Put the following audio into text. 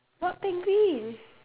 what penguin